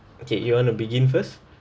okay you want to begin first